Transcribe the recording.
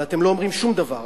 אבל אתם לא אומרים שום דבר.